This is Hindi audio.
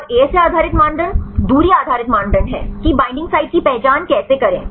और एएसए आधारित मानदंड दूरी आधारित मापदंड हैं कि बैंडिंग साइटों की पहचान कैसे करें